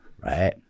right